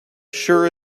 sure